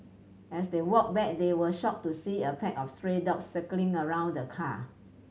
as they walked back they were shocked to see a pack of stray dog circling around the car